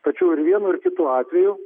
tačiau ir vienu ir kitu atveju